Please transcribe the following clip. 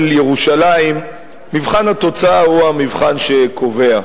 ירושלים מבחן התוצאה הוא המבחן שקובע.